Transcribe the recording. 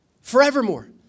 Forevermore